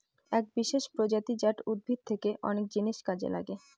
এক বিশেষ প্রজাতি জাট উদ্ভিদ থেকে অনেক জিনিস কাজে লাগে